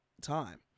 time